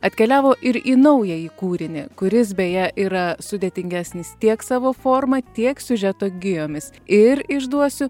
atkeliavo ir į naująjį kūrinį kuris beje yra sudėtingesnis tiek savo forma tiek siužeto gijomis ir išduosiu